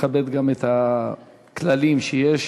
תכבד גם את הכללים שיש.